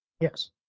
Yes